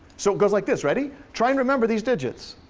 so it goes like this, ready? try and remember these digits.